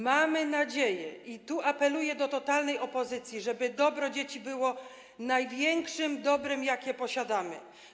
Mamy nadzieję na to, i tu apeluję do totalnej opozycji, żeby dobro dzieci było największym dobrem, jakie posiadamy.